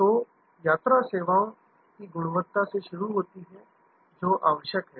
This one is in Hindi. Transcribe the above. तो यात्रा सेवाओं की गुणवत्ता से शुरू होती है जो आवश्यक है